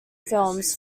films